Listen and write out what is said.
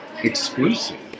exclusive